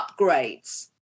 upgrades